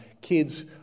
kids